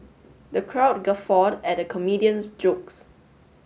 the crowd guffawed at the comedian's jokes